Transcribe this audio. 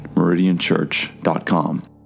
meridianchurch.com